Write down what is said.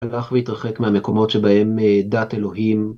הלך והתרחק מהמקומות שבהם דת אלוהים.